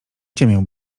ciemię